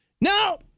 No